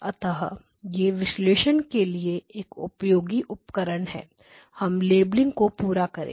अतः यह विश्लेषण के लिए एक उपयोगी उपकरण है हम लेबलिंग को पूरा करें